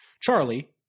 Charlie